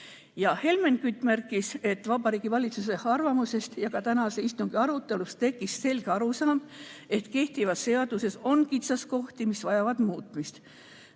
Helmen Kütt märkis, et Vabariigi Valitsuse arvamusest ja ka tänase istungi arutelust tekkis selge arusaam, et kehtivas seaduses on kitsaskohti, mis vajavad muutmist.